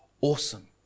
Awesome